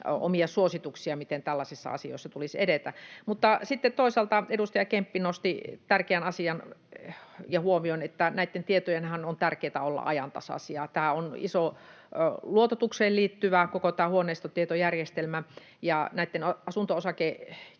omia suosituksia, miten tällaisissa asioissa tulisi edetä. Sitten toisaalta edustaja Kemppi nosti tärkeän asian ja huomion, että näitten tietojenhan on tärkeätä olla ajantasaisia. Tämä on iso luototukseen liittyvä, koko tämä huoneistotietojärjestelmä, ja näitten asunto-osakkeitten